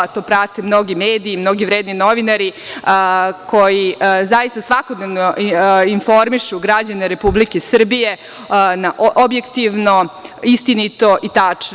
To prate mnogi mediji, mnogi vredni novinari koji zaista svakodnevno informišu građane Republike Srbije objektivno, istinito i tačno.